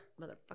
motherfucker